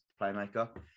playmaker